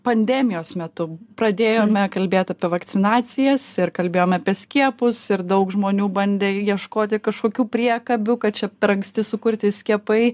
pandemijos metu pradėjome kalbėt apie vakcinacijas ir kalbėjom apie skiepus ir daug žmonių bandė ieškoti kašokių priekabių kad čia per anksti sukurti skiepai